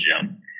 gym